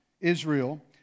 Israel